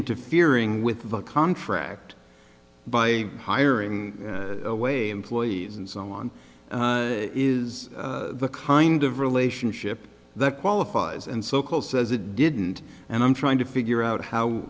interfering with the contract by hiring away employees and so on is the kind of relationship that qualifies and sokol says it didn't and i'm trying to figure out how